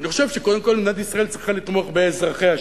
אני חושב שקודם כול מדינת ישראל צריכה לתמוך באזרחיה שלה,